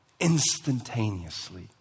instantaneously